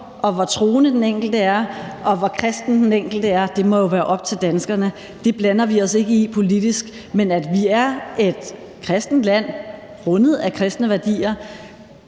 og hvor troende den enkelte er, og hvor kristen den enkelte er, må være op til den enkelte dansker – det blander vi os ikke i politisk. Men at vi er et kristent land rundet af kristne værdier,